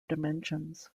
dimensions